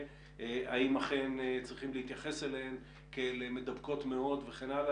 אם אכן צריכים להתייחס אליהן כאל מדבקות מאוד וכן הלאה.